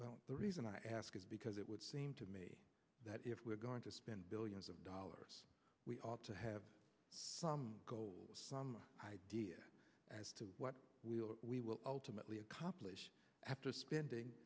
well the reason i ask is because it would seem to me that if we're going to spend billions of dollars we ought to have some goal some idea as to what we'll we will ultimately accomplish after spending